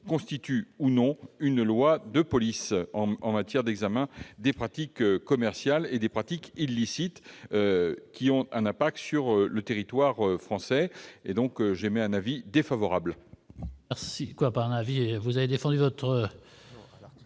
constitue ou non une loi de police en matière d'examen des pratiques commerciales illicites qui ont un impact sur le territoire français. Le Gouvernement émet donc un avis défavorable.